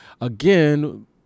again